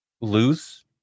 lose